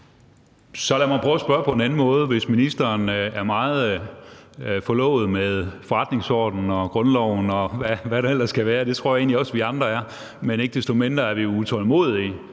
Så lad mig prøve at spørge på en anden måde, hvis ministeren er meget forlovet med forretningsordenen og grundloven, og hvad der ellers kan være. Det tror jeg egentlig også vi andre er, men ikke desto mindre er vi jo utålmodige